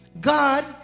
God